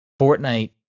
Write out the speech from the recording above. Fortnite